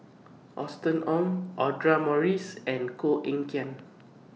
Austen Ong Audra Morrice and Koh Eng Kian